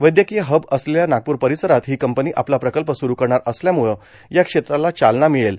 वैद्यकीय हब असलेल्या नागपूर परिसरात ही कंपनी आपला प्रकल्प सुरू करणार असल्यामुळं या क्षेत्राला चालना मिळेल